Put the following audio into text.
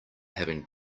having